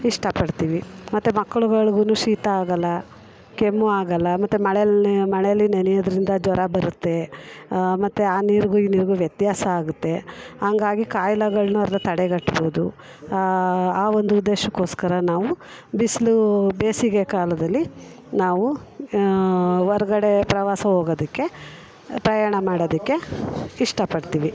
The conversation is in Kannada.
ಇಷ್ಟಪಡ್ತೀವಿ ಮತ್ತೆ ಮಕ್ಳುಗಳಿಗೂನು ಶೀತ ಆಗೋಲ್ಲ ಕೆಮ್ಮು ಆಗೋಲ್ಲ ಮತ್ತೆ ಮಳೆಯಲ್ಲಿ ಮಳೆಯಲ್ಲಿ ನೆನೆಯೋದ್ರಿಂದ ಜ್ವರ ಬರುತ್ತೆ ಮತ್ತೆ ಆ ನೀರಿಗು ಈ ನೀರಿಗು ವ್ಯತ್ಯಾಸ ಆಗುತ್ತೆ ಹಾಗಾಗಿ ಕಾಯಿಲೆಗಳ್ನ ತಡೆಗಟ್ಬೋದು ಆ ಒಂದು ಉದ್ದೇಶಕ್ಕೋಸ್ಕರ ನಾವು ಬಿಸಿಲು ಬೇಸಿಗೆ ಕಾಲದಲ್ಲಿ ನಾವು ಹೊರ್ಗಡೆ ಪ್ರವಾಸ ಹೋಗೋದಕ್ಕೆ ಪ್ರಯಾಣ ಮಾಡೋದಕ್ಕೆ ಇಷ್ಟ ಪಡ್ತೀವಿ